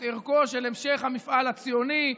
את ערכו של המשך המפעל הציוני,